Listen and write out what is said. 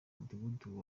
mudugudu